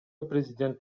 президент